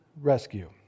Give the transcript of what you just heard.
rescue